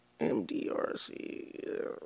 MDRC